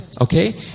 okay